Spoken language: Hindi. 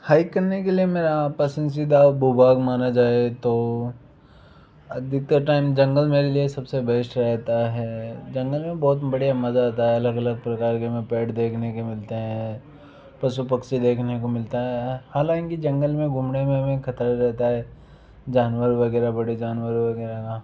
हाइक करने के लिए मेरा पसंदीदा भू भाग माना जाए तो अधिकतर टाइम जंगल मेरे लिए सबसे बेस्ट रहता है जंगल में बहुत बड़िया मज़ा आता है अलग अलग प्रकार के हमें पेड़ देखने को मिलते हैं पशु पक्षी देखने को मिलता है हालांकि जंगल में घूमने में हमें खतरा रहता है जानवर वगैरह बड़े जानवर वगैरह